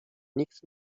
nikt